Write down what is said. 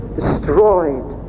destroyed